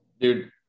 Dude